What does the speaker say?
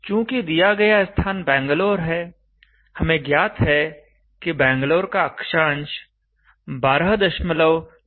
चूँकि दिया गया स्थान बैंगलोर है हमें ज्ञात है कि बैंगलोर का अक्षांश 1297 डिग्री है